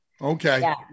Okay